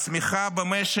מדבר על הילולות?